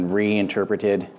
reinterpreted